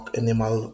animal